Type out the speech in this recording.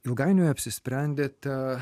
ilgainiui apsisprendėte